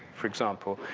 for example.